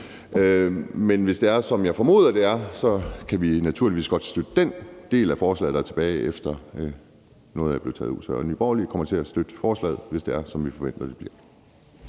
Men hvis det er, som jeg formoder at det er, kan vi naturligvis godt støtte den del af forslaget, der er tilbage, efter at noget er blevet taget ud. Så Nye Borgerlige kommer til at støtte forslaget, hvis det er, som vi forventer at det bliver.